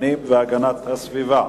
הפנים והגנת הסביבה.